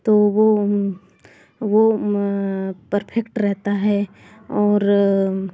तो वह वह परफेक्ट रहता है और